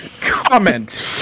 Comment